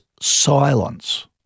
silence